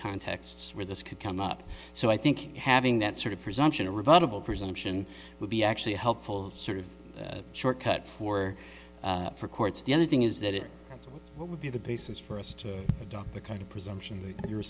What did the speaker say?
contexts where this could come up so i think having that sort of presumption in rebuttable presumption would be actually helpful sort of short cut for for courts the other thing is that it would be the basis for us to adopt the kind of presumption that you're